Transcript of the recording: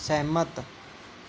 ਸਹਿਮਤ